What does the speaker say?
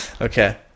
Okay